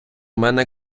мене